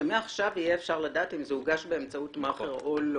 שמעכשיו ניתן יהיה לדעת אם הטופס הוגש באמצעות מאכער או לא.